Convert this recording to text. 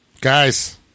Guys